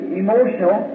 emotional